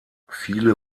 viele